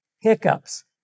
hiccups